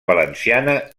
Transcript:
valenciana